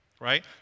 right